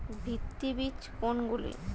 ভিত্তি বীজ কোনগুলি?